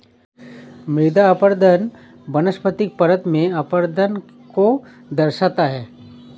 मृदा अपरदन वनस्पतिक परत में अपरदन को दर्शाता है